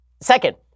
Second